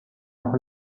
حال